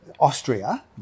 Austria